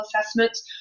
assessments